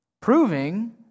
proving